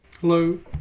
Hello